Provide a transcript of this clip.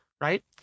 right